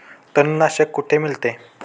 तणनाशक कुठे मिळते?